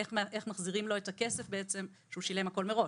איך מחזירים לו את הכסף שהוא שילם מראש.